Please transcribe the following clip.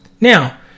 Now